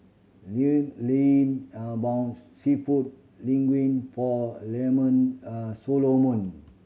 Llewellyn bought Seafood Linguine for Lemon Solomon